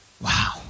Wow